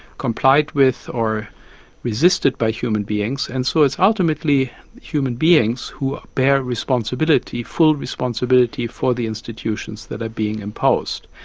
complied with or resisted by human beings and so it's ultimately human beings who ah bear responsibility, full responsibility, for the institutions that are being imposed,